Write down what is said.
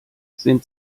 sind